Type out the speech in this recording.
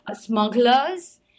smugglers